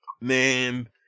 Man